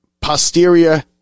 posterior